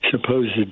supposed